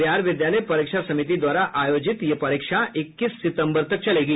बिहार विद्यालय परीक्षा समिति द्वारा आयोजित यह परीक्षा इक्कीस सितम्बर तक चलेगी